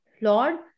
Lord